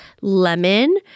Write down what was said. lemon